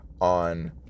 on